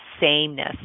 sameness